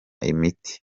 imiti